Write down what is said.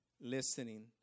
listening